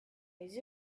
les